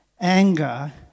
anger